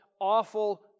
awful